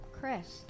Crest